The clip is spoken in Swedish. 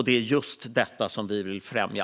Det är just detta som vi vill främja.